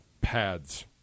pads